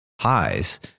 highs